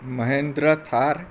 Mahindra Thar